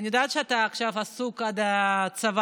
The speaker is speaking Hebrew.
אני יודעת שאתה עכשיו עסוק עד הצוואר,